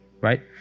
Right